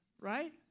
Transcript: Right